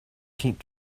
keep